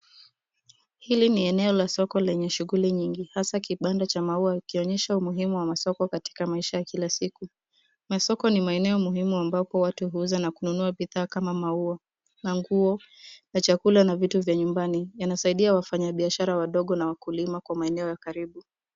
Hili ni eneo la soko lenye shughuli nyingi, hasa kibanda cha maua ikionyesha umuhimu wa masoko katika maisha ya kila siku. Masoko ni maeneo muhimu ambapo watu huuza na kunua bidhaa kama maua, na nguo, na chakula, na vitu vya nyumbani. Yanasaidia wafanya biashara wadogo na wakulima kwa maeneo ya karibu.